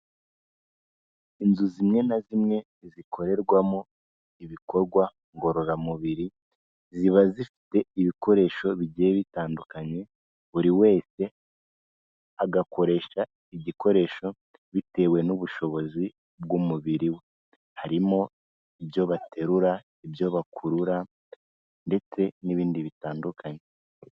Inzu zimwe na zimwe zikorerwamo ibikorwa ngororamubiri ziba zifite ibikoresho bigiye bitandukanye, buri wese agakoresha igikoresho bitewe n'ubushobozi bw'umubiri we, harimo ibyo baterura, ibyo bakurura ndetse n'ibindi bitandukanye.